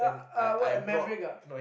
uh what Maverick ah